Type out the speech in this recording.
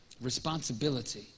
Responsibility